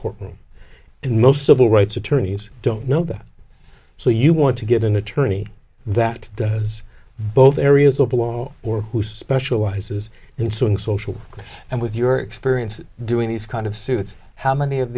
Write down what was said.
courtroom and most civil rights attorneys don't know that so you want to get an attorney that does both areas of the law or who specializes in suing social class and with your experience doing these kind of suits how many of